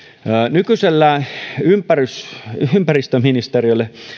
nykyisellään ympäristöministeriölle